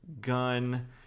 gun